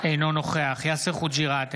אינו נוכח יאסר חוג'יראת,